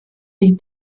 liegt